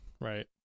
Right